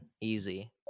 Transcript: Easy